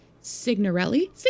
Signorelli